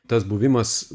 tas buvimas